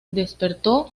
despertó